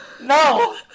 No